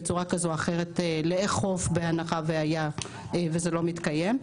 את זה בצורה כזאת או אחרת בהנחה שזה לא מתקיים.